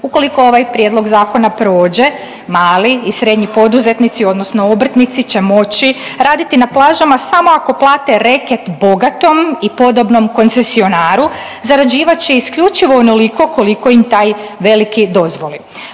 Ukoliko ovaj Prijedlog zakona prođe, mali i srednji poduzetnici odnosno obrtnici će moći raditi na plažama samo ako plate reket bogatom i podobnom koncesionaru, zarađivat će isključivo onoliko koliko im taj veliki dozvoli.